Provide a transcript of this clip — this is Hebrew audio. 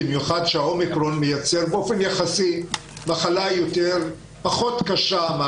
בפרט שהאומיקרון מייצר מחלה פחות קשה באופן יחסי,